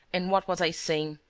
and what was i saying.